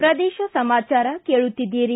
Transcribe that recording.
ಪ್ರದೇಶ ಸಮಾಚಾರ ಕೇಳುತ್ತೀದ್ದಿರಿ